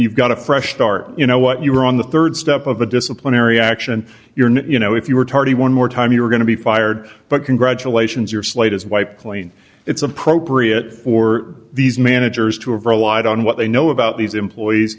you've got a fresh start you know what you were on the rd step of a disciplinary action you're not you know if you were tardy one more time you were going to be fired but congratulations your slate is wiped clean it's appropriate or these managers to have relied on what they know about these employees